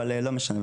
אבל לא משנה.